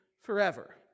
forever